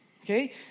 Okay